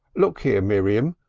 look here, miriam,